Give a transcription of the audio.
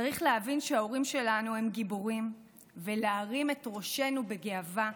צריך להבין שההורים שלנו הם גיבורים ולהרים את ראשנו בגאווה,